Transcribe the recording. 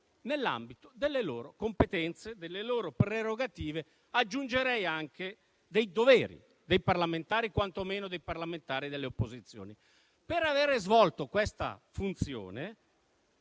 nell'ambito delle loro competenze, delle loro prerogative e - aggiungerei - anche dei doveri dei parlamentari, quantomeno dei parlamentari delle opposizioni. Per aver svolto questa funzione,